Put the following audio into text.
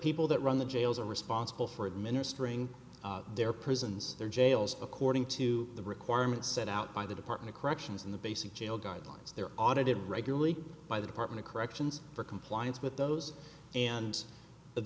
people that run the jails are responsible for administering their prisons their jails according to the requirements set out by the department of corrections in the basic jail guidelines they're audited regularly by the department of corrections for compliance with those and